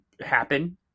happen